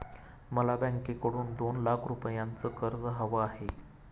मला बँकेकडून दोन लाख रुपयांचं कर्ज हवं आहे